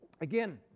Again